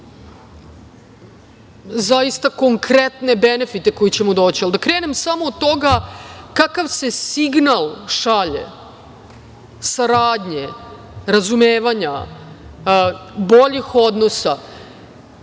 zaista konkretne benefite koje ćemo doći, ali da krenem samo od toga kakav se signal šalje saradnje, razumevanja, boljih odnosa,